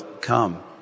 come